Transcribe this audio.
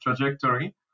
trajectory